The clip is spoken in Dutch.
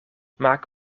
maak